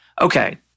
Okay